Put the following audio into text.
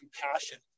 compassion